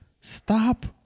Stop